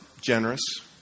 Generous